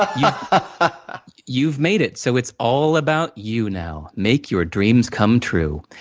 ah and you've made it, so it's all about you now. make your dreams come true.